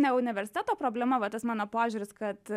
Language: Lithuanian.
ne universiteto problema va tas mano požiūris kad